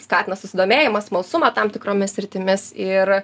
skatina susidomėjimą smalsumą tam tikromis sritimis ir